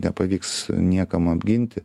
nepavyks niekam apginti